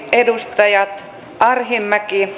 edustaja arhinmäki